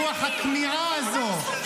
רוח הכניעה הזאת,